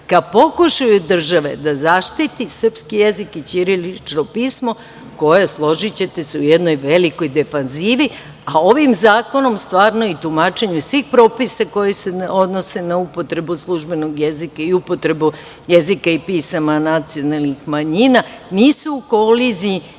ka pokušaju države da zaštiti srpski jezik i ćirilično pismo koje je, složićete se, u jednoj velikoj defanzivi. Ovim zakonom i tumačenjem svih propisa koji se odnose na upotrebu službenog jezika i upotrebu jezika i pisama nacionalnih manjina, nisu u koliziji